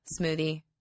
smoothie